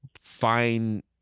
fine